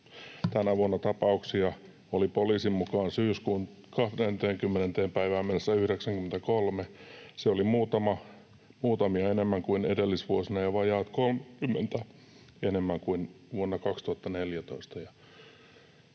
Tänä vuonna tapauksia oli poliisin mukaan syyskuun 20. päivään mennessä 93. Se oli muutamia enemmän kuin edellisvuosina ja vajaat 30 enemmän kuin vuonna 2014.”